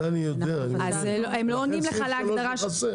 זה אני יודע, לכן סעיף (3) מכסה.